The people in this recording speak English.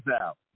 out